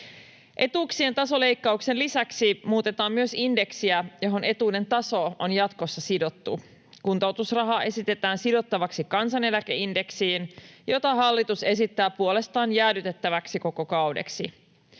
Etuuksien tasoleikkauksen lisäksi muutetaan indeksiä, johon etuuden taso on jatkossa sidottu. Kuntoutusraha esitetään sidottavaksi kansaneläkeindeksiin, jota hallitus esittää puolestaan jäädytettäväksi koko kaudeksi.